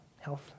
health